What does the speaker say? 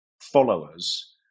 followers